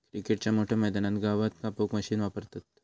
क्रिकेटच्या मोठ्या मैदानात गवत कापूक मशीन वापरतत